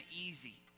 easy